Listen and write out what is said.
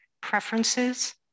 preferences